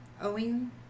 owing